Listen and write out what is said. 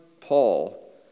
Paul